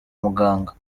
muganga